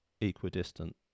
equidistant